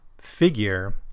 figure